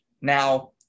Now